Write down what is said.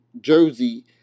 Jersey